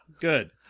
Good